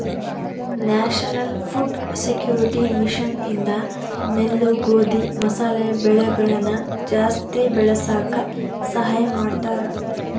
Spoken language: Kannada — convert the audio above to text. ನ್ಯಾಷನಲ್ ಫುಡ್ ಸೆಕ್ಯೂರಿಟಿ ಮಿಷನ್ ಇಂದ ನೆಲ್ಲು ಗೋಧಿ ಮಸಾಲೆ ಬೆಳೆಗಳನ ಜಾಸ್ತಿ ಬೆಳಸಾಕ ಸಹಾಯ ಮಾಡ್ತಾರ